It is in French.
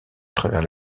travers